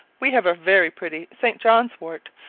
we have a very pretty st. john's-wort,